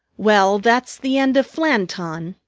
well, that's the end of flanton,